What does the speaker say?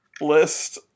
list